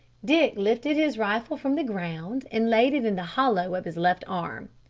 dick lifted his rifle from the ground, and laid it in the hollow of his left arm.